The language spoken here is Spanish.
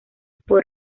por